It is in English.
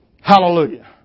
Hallelujah